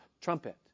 trumpet